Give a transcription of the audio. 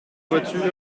voiture